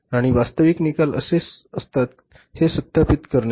आणि वास्तविक निकाल कसे असतात हे सत्यापित करणे